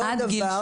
עוד דבר,